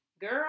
Girl